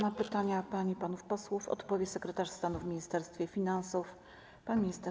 Na pytania pań i panów posłów odpowie sekretarz stanu w Ministerstwie Finansów pan minister